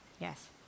Yes